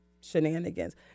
shenanigans